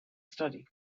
study